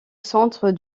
centre